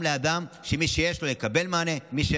שמעלה שאלות כבדות מאוד על העמידה בכללי המינהל